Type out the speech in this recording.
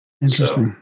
Interesting